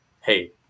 hey